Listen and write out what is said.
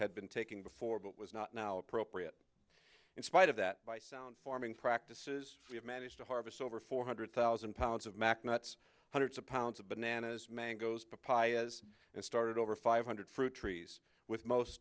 had been taken before but was not now appropriate in spite of that by sound farming practices we have managed to harvest over four hundred thousand pounds of mac nuts hundreds of pounds of bananas mangoes paez and started over five hundred fruit trees with most